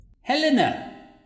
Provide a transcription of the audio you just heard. Helena